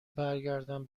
برگردم